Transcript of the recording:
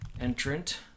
entrant